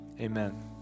amen